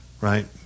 right